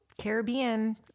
caribbean